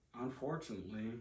Unfortunately